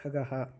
खगः